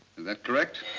that correct?